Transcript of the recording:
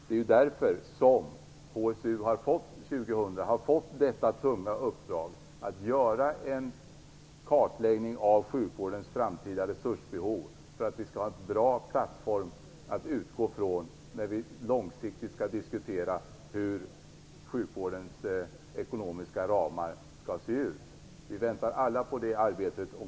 Det är därför som HSU 2000 har fått det tunga uppdraget att göra en kartläggning av sjukvårdens framtida resursbehov för att vi skall ha en bra plattform att utgå ifrån när vi långsiktigt skall diskutera hur sjukvårdens ekonomiska ramar skall se ut. Vi väntar alla på det arbetet.